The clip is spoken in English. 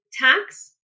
tax